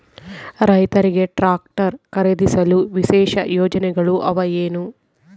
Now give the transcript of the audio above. ರೈತರಿಗೆ ಟ್ರಾಕ್ಟರ್ ಖರೇದಿಸಲು ವಿಶೇಷ ಯೋಜನೆಗಳು ಅವ ಏನು?